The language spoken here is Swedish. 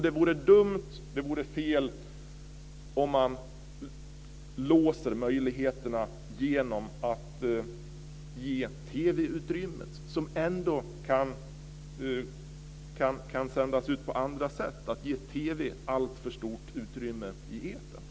Det vore dumt och fel att låsa möjligheterna genom att ge TV, som ändå kan sändas ut på andra sätt, alltför stort utrymme i etern.